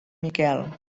miquel